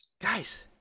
Guys